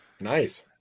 Nice